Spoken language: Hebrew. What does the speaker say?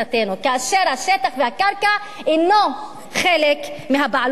כאשר השטח והקרקע אינו חלק מהבעלות שלנו,